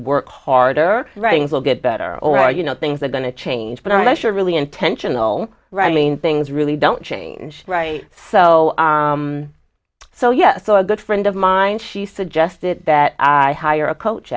work harder writings will get better or you know things are going to change but i'm not sure really intentional right i mean things really don't change right so so yeah so a good friend of mine she suggested that i hire a coach